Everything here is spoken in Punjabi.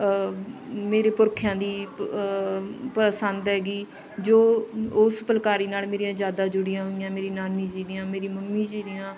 ਮੇਰੇ ਪੁਰਖਿਆਂ ਦੀ ਪਸੰਦ ਹੈਗੀ ਜੋ ਉਸ ਫੁਲਕਾਰੀ ਨਾਲ ਮੇਰੀਆਂ ਯਾਦਾਂ ਜੁੜੀਆਂ ਹੋਈਆਂ ਮੇਰੀ ਨਾਨੀ ਜੀ ਦੀਆਂ ਮੇਰੀ ਮੰਮੀ ਜੀ ਦੀਆਂ